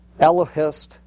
Elohist